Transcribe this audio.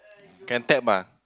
can tap ah